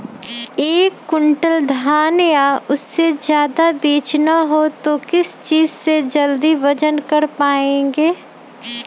एक क्विंटल धान या उससे ज्यादा बेचना हो तो किस चीज से जल्दी वजन कर पायेंगे?